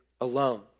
alone